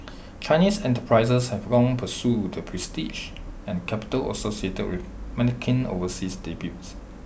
Chinese enterprises have long pursued the prestige and capital associated with overseas debuts